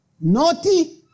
naughty